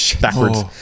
backwards